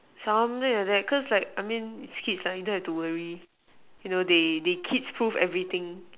something like that cause like I mean with kids you don't have to worry you know they they kids proof everything